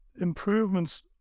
improvements